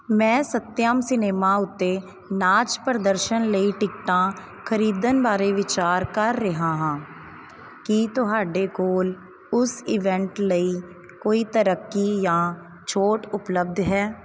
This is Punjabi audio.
ਮੈਂ ਸੱਤਿਅਮ ਸਿਨੇਮਾ ਉੱਤੇ ਨਾਚ ਪ੍ਰਦਰਸ਼ਨ ਲਈ ਟਿਕਟਾਂ ਖਰੀਦਣ ਬਾਰੇ ਵਿਚਾਰ ਕਰ ਰਿਹਾ ਹਾਂ ਕੀ ਤੁਹਾਡੇ ਕੋਲ ਉਸ ਈਵੈਂਟ ਲਈ ਕੋਈ ਤਰੱਕੀ ਜਾਂ ਛੋਟ ਉਪਲੱਬਧ ਹੈ